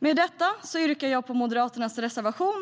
Med detta yrkar jag bifall till Moderaternas reservation.